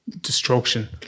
destruction